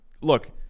Look